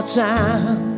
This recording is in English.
time